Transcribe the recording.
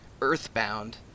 Earthbound